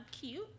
cute